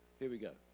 here we go.